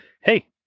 Hey